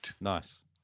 Nice